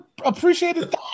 appreciated